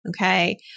Okay